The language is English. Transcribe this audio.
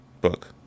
book